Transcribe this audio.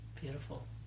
Beautiful